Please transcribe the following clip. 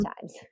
times